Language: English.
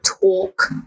talk